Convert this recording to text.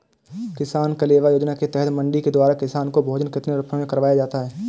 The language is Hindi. किसान कलेवा योजना के तहत मंडी के द्वारा किसान को भोजन कितने रुपए में करवाया जाता है?